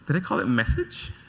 did i call it message?